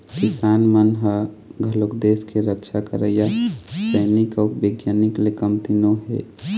किसान मन ह घलोक देस के रक्छा करइया सइनिक अउ बिग्यानिक ले कमती नो हे